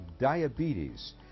diabetes